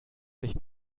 sich